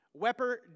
Wepper